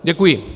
Děkuji.